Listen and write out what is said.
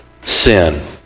sin